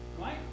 right